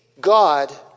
God